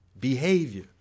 Behavior